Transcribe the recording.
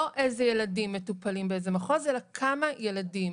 לא איזה ילדים מטופלים באיזה מחוז, אלא כמה ילדים